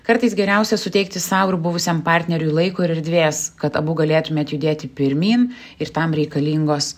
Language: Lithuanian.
kartais geriausia suteikti sau ir buvusiam partneriui laiko ir erdvės kad abu galėtumėt judėti pirmyn ir tam reikalingos